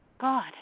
God